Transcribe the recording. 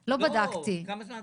שכל הגופים שולחים אליה את